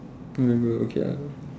November okay ah